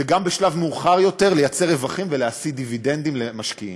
וגם בשלב מאוחר יותר לייצר רווחים ולהשיא דיבידנדים למשקיעים.